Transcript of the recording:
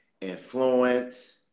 influence